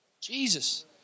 Jesus